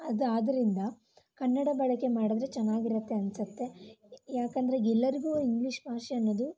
ಅದು ಆದ್ದರಿಂದ ಕನ್ನಡ ಬಳಕೆ ಮಾಡಿದರೆ ಚೆನ್ನಾಗಿರತ್ತೆ ಅನಿಸತ್ತೆ ಯಾಕೆಂದರೆ ಎಲ್ಲರಿಗೂ ಇಂಗ್ಲಿಷ್ ಭಾಷೆ ಅನ್ನೋದು